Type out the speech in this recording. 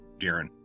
Darren